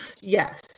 Yes